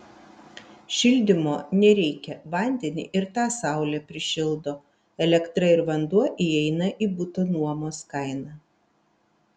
šildymo nereikia vandenį ir tą saulė prišildo elektra ir vanduo įeina į buto nuomos kainą